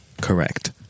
correct